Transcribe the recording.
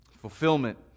fulfillment